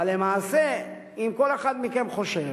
אבל למעשה, אם כל אחד מכם חושב